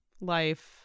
life